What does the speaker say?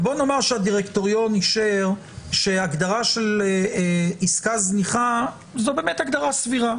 בוא נאמר שהדירקטוריון אישר שההגדרה של עסקה זניחה זו באמת הגדרה סבירה,